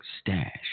stash